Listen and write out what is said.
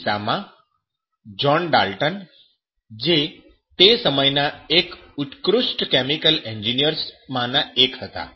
આ કિસ્સામાં John Dalton જે તે સમયના એક ઉત્કૃષ્ટ કેમિકલ એન્જિનિયર્સ માંના એક હતા